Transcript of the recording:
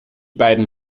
beiden